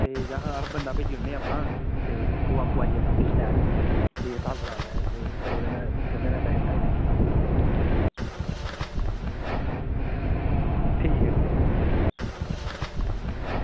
ते जां अस बंदा भेजी ओड़नें आं अपनां ते ओह् अप्पूं आइयै दिक्की लैग केह् हिसाव कताब ऐ ते तुंदे नै पैसे बनाई लैग्गे ठीक ऐ ठीक ऐ